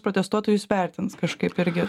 protestuotojus vertins kažkaip irgi